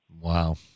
Wow